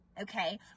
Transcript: Okay